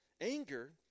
Anger